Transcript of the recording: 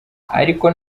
ariko